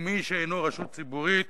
ומי שאינו רשות ציבורית,